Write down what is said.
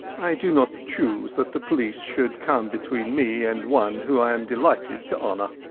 i do not choose that the police should come between me and one whom i am delighted to honour.